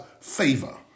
favor